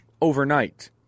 overnight